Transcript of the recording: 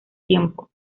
tiempo